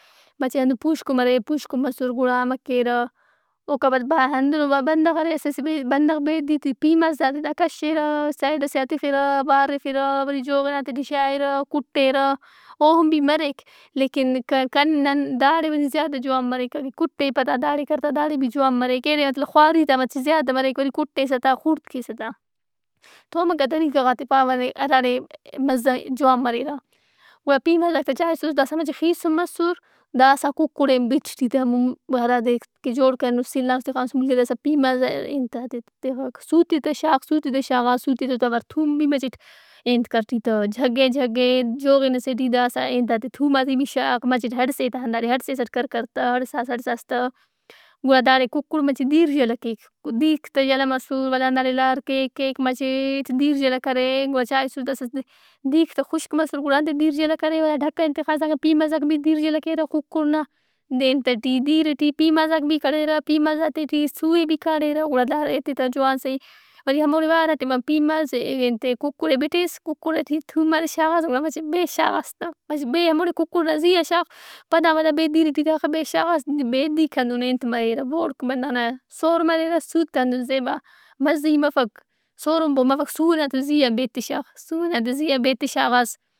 مچہ ہندن پُوشکُن مرے۔ پُوشکُن مسُّر گُڑا امہ کیرہ، اوکا پد بہ- ہندنو بندغ ارے اسہ اسہ بید- بندغ بیدیرت ئے، پیمازات ئے تا کشِرہ سَیڈ ئسے آ تِخِرہ، بارِفرہ وری جوغِناتے ٹی شائِرہ کُٹیرہ۔ اوہن بھی مریک۔ لیکن کن- نن- داڑے وری زیادہ جوان مریک۔ اگہ کُٹیپہ تا داڑے کر تا داڑے بھی جوان مریک۔ ایڑے مطلب خواری تا مچہ زیادہ مریک۔ وری کٹیسہ تا خُوڑت کیسہ تا۔ تومکا طریقہ غات ئے پاوہ نے ارارے مزہ ئے جوان مریرہ۔ گُڑا پیمازاک تہ چائسُس داسا مچہ خیسُن مسُر۔ داسا ککڑ ئے بِٹ ای ٹی تہ م-م- ہرادے کہ جوڑ کرینُس سِلّانُس تِخانُس دہنکہ داسا پیماز ے۔ انتات ئے تہ تِخک، سُوت ئے تہ شاغ، سُوت ئے تہ شاغاس سوت ئے تو اوار تُھوم بھی مچٹ انت کر ای ٹی تہ جگّہِ جگّہِ جوغن ئسے ٹی داسا انتات ئے تھومات ئے بھی شاغ۔ مچٹ ہڑسے تہ ہنداڑے ہڑسیسٹ کر کرتہ ہڑساس ہڑساس تہ گُڑاداڑے کُکڑ مچہ دِیر یلہ کیک۔ دیرک تہ یلہ مسر ولدا ہنداڑے لار کیک کیک مچٹ دیر یلہ کرے گُڑا چائسُس داسا دِیرک تہ خُشک مسُّر گُڑا انتئے دیر یلہ کرے ولدا ڈھکن ئے تہ تِخاس ہنگہ پیمازاک بھی دِیر یلہ کیرہ کُکڑ نا۔ دے- انت ئٹی دیر ئٹی پیمازاک بھی کڑھیرہ، پیمازاتے ٹی سُو ئے بھی کاڑھِرہ گُڑا دا انت ئے تہ جوان صحیح۔ وری ہموڑے وا ہراٹیم آ پیماز ئے، انت ئے کُکڑ ئے بِٹیس، کُکڑ ئٹی تھومات ئے شاغاس گُڑا مچہ بے شاغاس تہ۔ بے ہموڑے کُکڑ نا زیاشاغ۔ پدا ولدا بیدیر ئٹی داخہ بے شاغاس بیدیرک ہندن انت مریرہ بوڑک بندغ نا سور مریرہ۔ سُوک ہندن زیبا مزہی مفک۔ سورو بہ- مفک۔ سُوئنا تہ زیا بیت ئے شاغ۔ سُو ئنا تہ زیا بیت ئے شاغاس۔